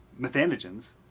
methanogens